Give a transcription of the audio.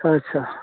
पैसा